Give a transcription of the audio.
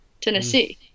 Tennessee